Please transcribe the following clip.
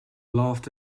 loved